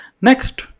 Next